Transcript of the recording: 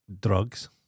Drugs